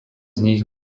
nich